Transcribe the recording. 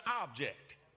object